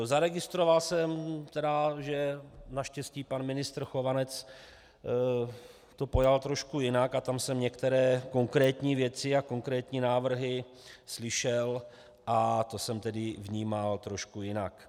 Zaregistroval jsem, že naštěstí pan ministr Chovanec to pojal trochu jinak, a tam jsem některé konkrétní věci a konkrétní návrhy slyšel a to jsem tedy vnímal trochu jinak.